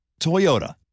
Toyota